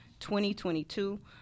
2022